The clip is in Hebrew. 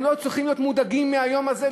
הם לא צריכים להיות מודאגים מהיום הזה,